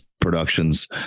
productions